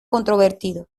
controvertido